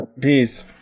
Peace